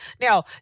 Now